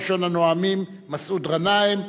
ראשון הנואמים, מסעוד גנאים,